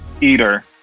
eater